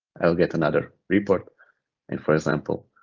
i'll get another report and for example,